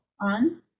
on